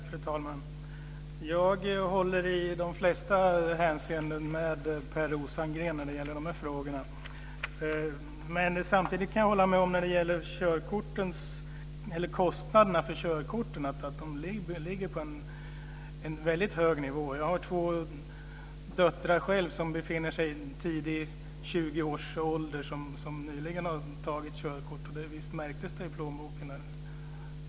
Fru talman! Jag håller i de flesta hänseenden med Per Rosengren i de här frågorna. Samtidigt kan jag hålla med om att kostnaderna för körkort ligger på en väldigt hög nivå. Jag har själv två döttrar som befinner sig i tidiga 20-årsåldern och som nyligen har tagit körkort. Visst märktes det i plånboken.